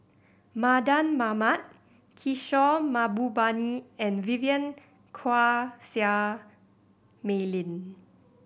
Mardan Mamat Kishore Mahbubani and Vivien Quahe Seah Mei Lin